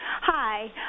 Hi